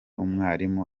umwarimu